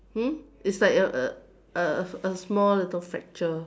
hmm it's like a a a small little fracture